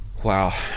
Wow